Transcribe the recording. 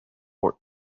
fort